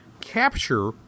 capture